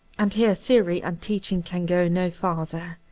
and here theory and teaching can go no farther.